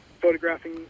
photographing